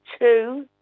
two